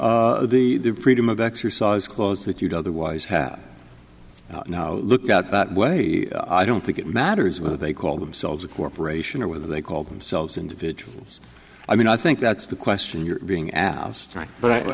for the freedom of exercise clause that you'd otherwise have now look out that way i don't think it matters whether they call themselves a corporation or whether they call themselves individuals i mean i think that's the question you're being asked